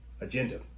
agenda